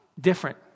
different